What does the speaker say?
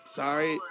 sorry